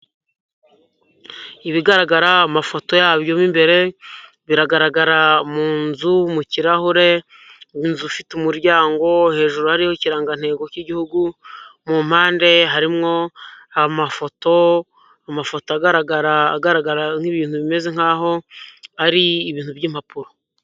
Ibigaragara amafoto yabyo mu imbere biragaragara mu nzu, mu kirahure, inzu ifite umuryango hejuru hariho ikirangantego cy'Igihugu, mu mpande harimo amafoto, amafoto agaragara, agaragara nk'ibintu bimeze nkaho ari ibintu by'impapuro.